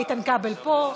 איתן כבל פה.